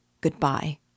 Goodbye